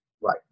Right